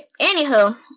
Anywho